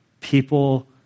People